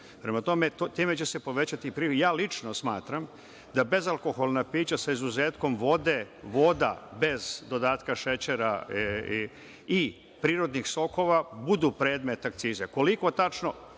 Prema tome, time će se povećati priliv. Lično smatram da bezalkoholna pića, sa izuzetkom voda bez dodatka šećera i prirodnih sokova, budu predmet akcize. Koliko tačno?